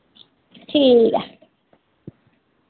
ठीक ऐ